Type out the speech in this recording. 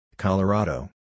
Colorado